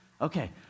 Okay